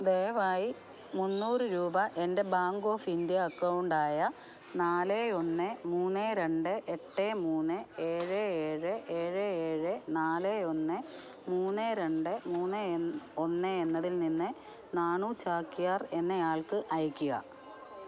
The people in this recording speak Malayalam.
ദയവായി മുന്നൂറ് രൂപ എൻ്റെ ബാങ്ക് ഓഫ് ഇന്ത്യ അക്കൗണ്ട് ആയ നാല് ഒന്ന് മൂന്ന് രണ്ട് എട്ട് മൂന്ന് ഏഴ് ഏഴ് ഏഴ് ഏഴ് നാല് ഒന്ന് മൂന്ന് രണ്ട് മൂന്ന് ഒന്ന് എന്നതിൽനിന്ന് നാണു ചാക്യാർ എന്നയാൾക്ക് അയക്കുക